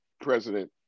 president